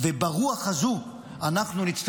ברוח הזו אנחנו נצטרך,